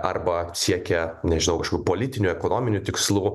arba siekia nežinau kažkokių politinių ekonominių tikslų